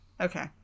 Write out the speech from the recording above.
okay